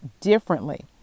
differently